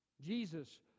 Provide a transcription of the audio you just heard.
Jesus